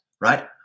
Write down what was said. Right